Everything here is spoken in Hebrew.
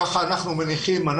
כך אנחנו מניחים,